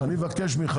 מה יש לכם לעשות?